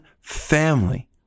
family